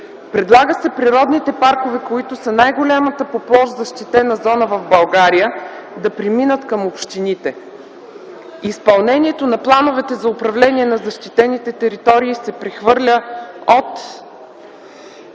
Предлага се природните паркове – най-голямата по площ защитена зона в България, да преминат към общините. Изпълнението на плановете за управление на защитените територии се прехвърля от